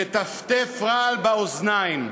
מטפטף רעל באוזניים,